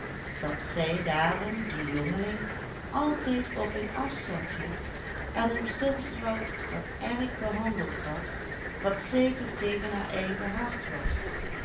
dat zij daarom dien jongeling altijd op een afstand hield en hem soms wel wat erg behandeld had wat zeker tegen haar eigen hart was